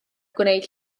gwneud